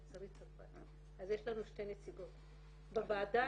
יש לנו שתי נציגות בוועדה,